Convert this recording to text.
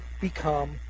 become